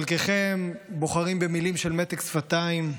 חלקכם בוחרים במילים של מתק שפתיים,